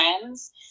friends